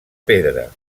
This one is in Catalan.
pedra